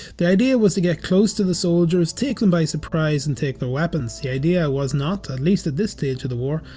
the idea was to get close to the soldiers, take them by surprise, and take their weapons. the idea was not, at least at this stage of the war,